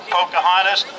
Pocahontas